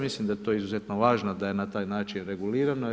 Mislim da je to izuzetno važno da je na taj način regulirano.